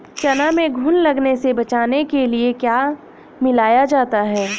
चना में घुन लगने से बचाने के लिए क्या मिलाया जाता है?